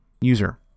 user